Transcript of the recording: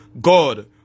god